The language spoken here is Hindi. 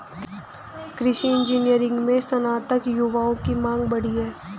कृषि इंजीनियरिंग में स्नातक युवाओं की मांग बढ़ी है